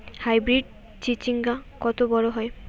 Hybrid চিচিংঙ্গা কত বড় হয়?